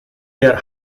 their